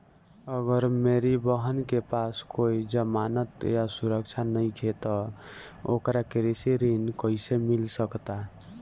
अगर मेरी बहन के पास कोई जमानत या सुरक्षा नईखे त ओकरा कृषि ऋण कईसे मिल सकता?